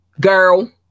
Girl